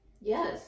Yes